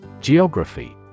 Geography